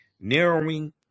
Narrowing